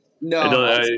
no